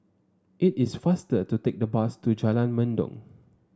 it is faster to take the bus to Jalan Mendong